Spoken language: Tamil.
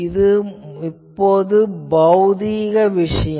இது இப்போது பௌதீக விஷயம்